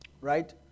Right